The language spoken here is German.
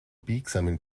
biegsamen